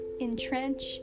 entrench